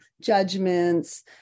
judgments